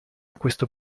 questo